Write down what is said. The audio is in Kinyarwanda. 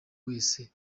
wese